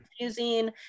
confusing